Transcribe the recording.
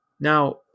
Now